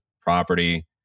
property